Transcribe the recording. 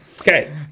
Okay